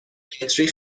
کتری